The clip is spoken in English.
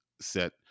set